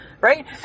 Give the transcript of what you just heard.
Right